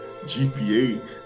GPA